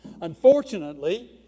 Unfortunately